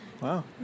Wow